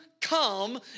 come